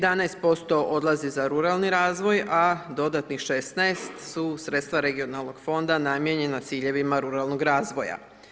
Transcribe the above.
11% odlazi za ruralni razvoj, a dodatnih 16 su sredstva regionalnog fonda namijenjena s ciljevima ruralnog razvoja.